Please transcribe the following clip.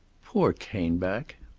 poor caneback!